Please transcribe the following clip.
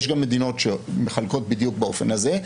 יש גם מדינות שמחלקות בדיוק באופן הזה.